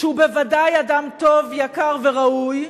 שהוא בוודאי אדם טוב, יקר וראוי,